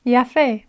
Yafe